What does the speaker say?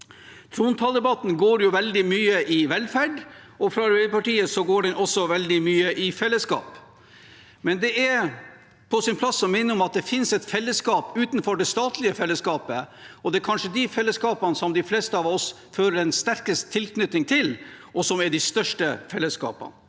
trontaledebatten går det veldig mye i velferd, og for Arbeiderpartiet går det også veldig mye i fellesskap, men det er på sin plass å minne om at det finnes et fellesskap utenfor det statlige fellesskapet. Det er kanskje de fellesskapene som de fleste av oss føler den sterkeste tilknytningen til, og som er de største fellesskapene.